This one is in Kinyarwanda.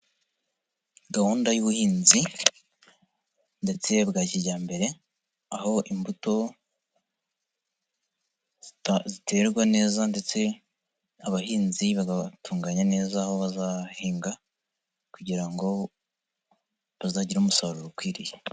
Gahunda y'ubuhinzi ndetse bwa kijyambere, aho imbuto ziterwa neza ndetse abahinzi bagatunganya neza aho bazahinga kugira ngo bazagira umusaruro ukwiriye.